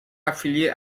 affilié